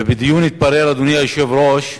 ובדיון התברר, אדוני היושב-ראש,